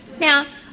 Now